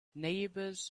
neighbors